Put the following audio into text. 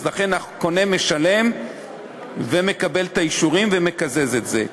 לכן הקונה משלם ומקבל את האישורים ומקזז את זה.